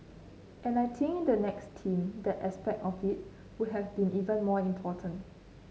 and I think in the next team that aspect of it would have be even more important